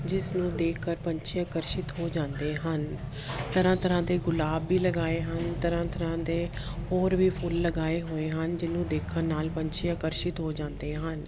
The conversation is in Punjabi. ਜਿਸ ਨੂੰ ਦੇਖ ਕਰ ਪੰਛੀ ਆਕਰਸ਼ਿਤ ਹੋ ਜਾਂਦੇ ਹਨ ਤਰ੍ਹਾਂ ਤਰ੍ਹਾਂ ਦੇ ਗੁਲਾਬ ਵੀ ਲਗਾਏ ਹਨ ਤਰ੍ਹਾਂ ਤਰ੍ਹਾਂ ਦੇ ਹੋਰ ਵੀ ਫੁੱਲ ਲਗਾਏ ਹੋਏ ਹਨ ਜਿਹਨੂੰ ਦੇਖਣ ਨਾਲ ਪੰਛੀ ਆਕਰਸ਼ਿਤ ਹੋ ਜਾਂਦੇ ਹਨ